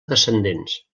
descendents